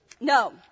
No